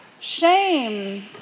Shame